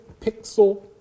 pixel